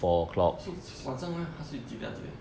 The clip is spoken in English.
so s~ 晚上 leh 她睡几点到几点